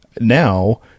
Now